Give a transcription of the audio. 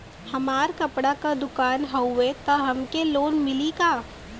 हमार कपड़ा क दुकान हउवे त हमके लोन मिली का?